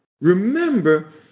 remember